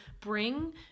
bring –